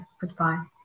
goodbye